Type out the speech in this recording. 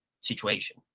situation